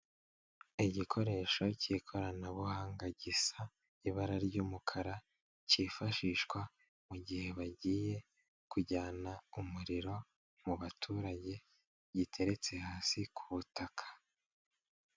Igikoresho cy'ikoranabuhanga gisa ibara ry'umukara cyifashishwa mu gihe bagiye kujyana umuriro mu baturage giteretse hasi ku butaka.